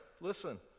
Listen